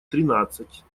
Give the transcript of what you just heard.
тринадцать